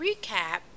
recap